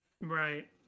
Right